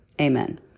amen